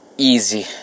easy